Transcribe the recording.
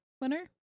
winner